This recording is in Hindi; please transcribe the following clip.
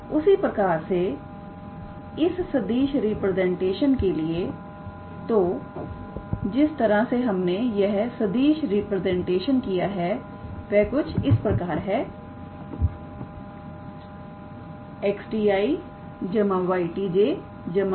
उसी प्रकार से इस सदिश रिप्रेजेंटेशन के लिए तो जिस तरह से हमने यह सदिश रिप्रेजेंटेशन किया है वह कुछ इस प्रकार है 𝑥𝑡𝑖̂ 𝑦𝑡𝑗̂ 𝑧𝑡𝑘̂